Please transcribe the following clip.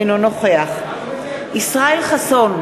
אינו נוכח ישראל חסון,